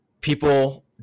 people